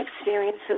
experiences